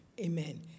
Amen